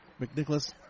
McNicholas